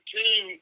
team